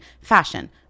fashion